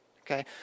okay